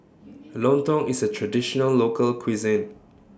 Lontong IS A Traditional Local Cuisine